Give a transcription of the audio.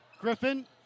Griffin